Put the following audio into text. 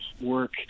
work